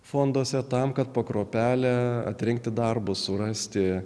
fonduose tam kad po kruopelę atrinkti darbus surasti